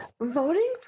Voting